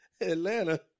Atlanta